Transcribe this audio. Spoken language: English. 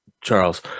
Charles